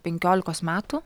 penkiolikos metų